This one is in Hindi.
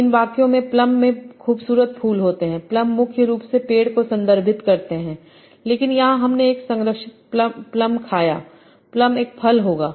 तो इन वाक्यों में प्लम में खूबसूरत फूल होते हैं प्लम मुख्य रूप से पेड़ को संदर्भित करते हैं लेकिन यहांहमने एक संरक्षित प्लम खाया प्लम एक फल होगा